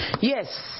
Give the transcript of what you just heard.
Yes